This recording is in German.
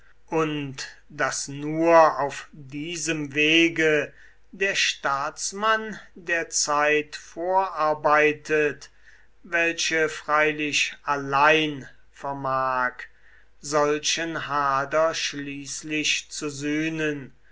und daß nur auf diesem wege der staatsmann der zeit vorarbeitet welche freilich allein vermag solchen hader schließlich zu sühnen